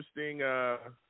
interesting